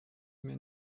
mir